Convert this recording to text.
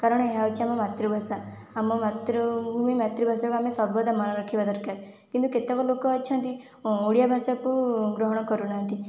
କାରଣ ଏହା ହଉଛି ଆମ ମାତୃଭାଷା ଆମ ମାତୃଭୂମି ମାତୃଭାଷାକୁ ଆମେ ସର୍ବଦା ମନେରଖିବା ଦରକାର କିନ୍ତୁ କେତକ ଲୋକ ଅଛନ୍ତି ଓଡ଼ିଆ ଭାଷାକୁ ଗ୍ରହଣ କରୁନାହାନ୍ତି